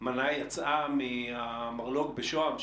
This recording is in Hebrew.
שהמנה יצאה מהמרלו"ג בשוהם,